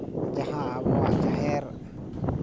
ᱡᱟᱦᱟᱸ ᱟᱵᱚᱣᱟᱜ ᱡᱟᱦᱮᱨ